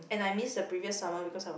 and I miss the previous summer because I was in